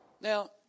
Now